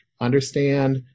understand